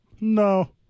No